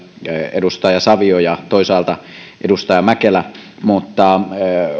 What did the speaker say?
edustaja savio ja toisaalta edustaja mäkelä mutta kuitenkin